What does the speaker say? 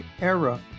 era